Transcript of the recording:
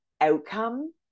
outcome